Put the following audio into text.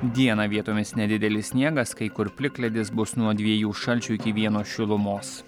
dieną vietomis nedidelis sniegas kai kur plikledis bus nuo dviejų šalčio iki vieno šilumos